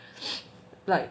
like